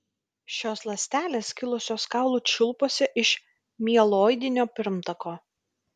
šios ląstelės kilusios kaulų čiulpuose iš mieloidinio pirmtako